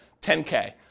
10K